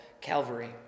Calvary